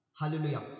Hallelujah